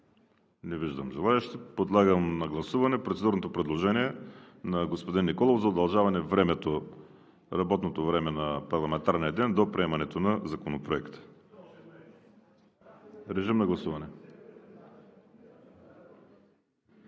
Не виждам. Подлагам на гласуване процедурното предложение на господин Николов за удължаване на работното време на парламентарния ден до приемането на Законопроекта. Гласували